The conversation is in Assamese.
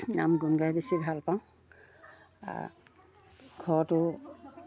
নাম গুণ গাই বেছি ভাল পাওঁ ঘৰতো